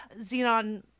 Xenon